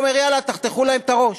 ואומר: יאללה, תחתכו להם את הראש.